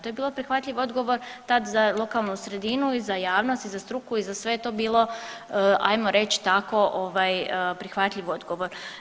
To je bio prihvatljiv odgovor tad za lokalnu sredinu i za javnost i za struku i za sve je to bilo ajmo reći tako prihvatljiv odgovor.